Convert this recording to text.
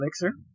Mixer